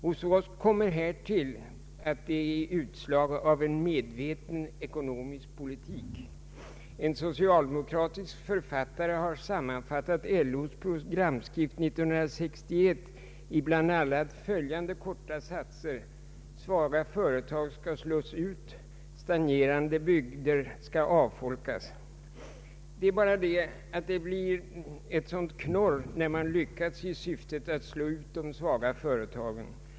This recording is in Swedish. Hos oss kommer härtill att den är ett utslag av en medveten ekonomisk politik. En socialdemokratisk författare har sammanfattat LO:s programskrift 1961 i bl.a. följande korta satser: ”Svaga företag skall slås ut, stagnerande bygder skall avfolkas.” Det är bara det att det blir ett sådant knorr, när man lyckats i syftet att slå ut de svaga företagen.